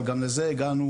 אבל גם לזה הגענו